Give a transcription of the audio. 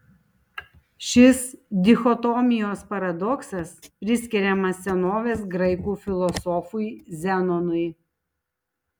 šis dichotomijos paradoksas priskiriamas senovės graikų filosofui zenonui